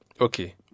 Okay